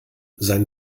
sein